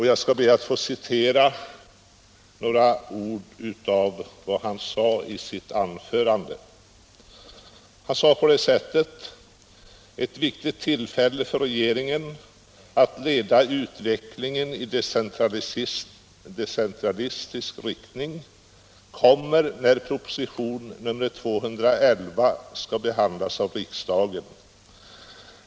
Jag ber att få citera några ord av vad han sade i sitt anförande, som det återges i ett pressmeddelande: ”Ett viktigt tillfälle för regeringen att leda utvecklingen i decentralistisk riktning kommer när proposition nr 211 skall behandlas av riksdagen.